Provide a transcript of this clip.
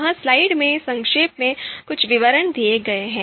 यहाँ स्लाइड में संक्षेप में कुछ विवरण दिए गए हैं